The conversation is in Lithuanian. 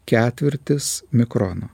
ketvirtis mikrono